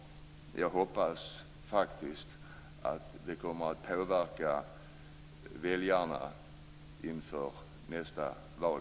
Jag hoppas faktiskt att det kommer att påverka väljarna inför nästa val.